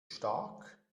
stark